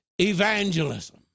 evangelism